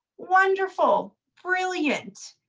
wonderful, brilliant.